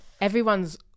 everyone's